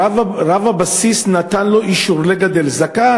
רב הבסיס נתן לו אישור לגדל זקן.